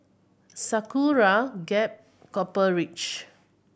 Sakura Gap Copper Ridge